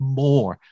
more